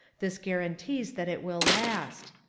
this guarantees that it will last.